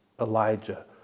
Elijah